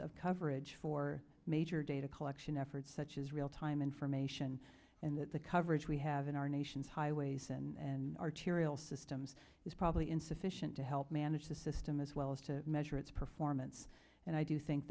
of coverage for major data collection efforts such as real time information and that the coverage we have in our nation's highways and arterial systems is probably insufficient to help manage the system as well as to measure its performance and i do think